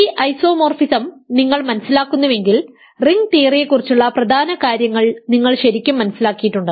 ഈ ഐസോമോറിസം നിങ്ങൾ മനസിലാക്കുന്നുവെങ്കിൽ റിംഗ് തിയറിയെക്കുറിച്ചുള്ള പ്രധാന കാര്യങ്ങൾ നിങ്ങൾ ശരിക്കും മനസ്സിലാക്കിയിട്ടുണ്ട്